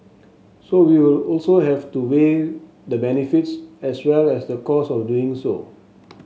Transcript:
so we will also have to weigh the benefits as well as the costs of doing so